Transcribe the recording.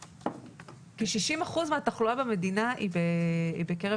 כ-60 אחוזים מהתחלואה במדינה הם בקרב